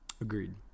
Agreed